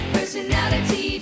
Personality